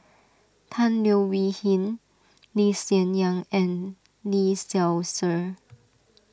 Tan Leo Wee Hin Lee Hsien Yang and Lee Seow Ser